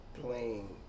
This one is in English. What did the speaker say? playing